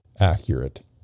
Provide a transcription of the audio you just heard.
accurate